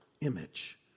image